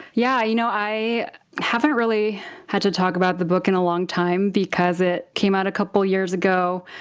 yeah you know i haven't really had to talk about the book in a long time because it came out a couple years ago,